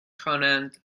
خوانند